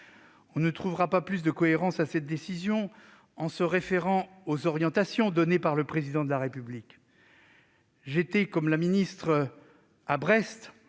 On ne trouvera pas plus de cohérence à cette décision en se référant aux orientations données par le Président de la République. J'ai assisté, à Brest,